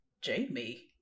Jamie